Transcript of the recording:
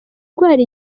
ndwara